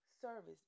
service